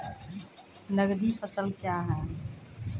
नगदी फसल क्या हैं?